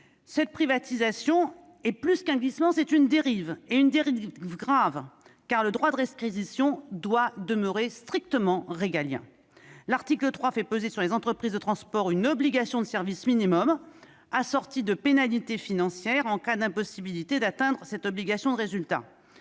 Cette privatisation est plus qu'un glissement, c'est une dérive, et une dérive grave, car le droit de réquisition doit demeurer strictement régalien. L'article 3 fait peser sur les entreprises de transport une obligation de service minimum, assortie de pénalités financières en cas d'impossibilité d'atteindre cette obligation de résultat,